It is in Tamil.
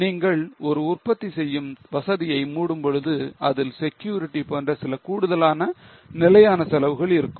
நீங்கள் ஒரு உற்பத்தி செய்யும் வசதியை மூடும்போது அதில் securiy போன்ற சில கூடுதலான நிலையான செலவுகள் இருக்கும்